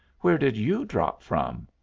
where did you drop from?